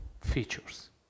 features